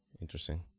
Interesting